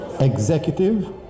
executive